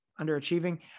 underachieving